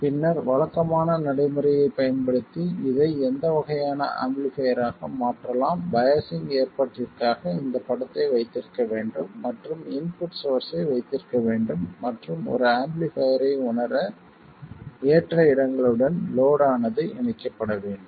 பின்னர் வழக்கமான நடைமுறையைப் பயன்படுத்தி இதை எந்த வகையான ஆம்பிளிஃபைர் ஆக மாற்றலாம் பையாஸிங் ஏற்பாட்டிற்காக இந்த படத்தை வைத்திருக்க வேண்டும் மற்றும் இன்புட் சோர்ஸ்ஸை வைத்திருக்க வேண்டும் மற்றும் ஒரு ஆம்பிளிஃபைர்ரை உணர ஏற்ற இடங்களுடன் லோட் ஆனது இணைக்கப்பட வேண்டும்